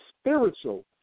spiritual